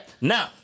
Now